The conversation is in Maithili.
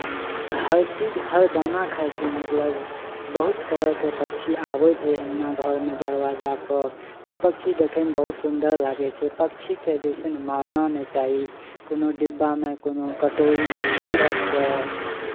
हर चीज हर दाना खाइ छै मतलब बहुत तरहके पक्षी आबै छै अङ्गना घरमे दरवाजापर तऽ पक्षी देखैमे बहुत सुन्दर लागै छै पक्षीके जे छै ने मारना नहि चाही कोनो डिब्बामे कोनो कटोरीमे छतपर